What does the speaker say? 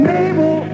Mabel